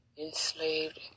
enslaved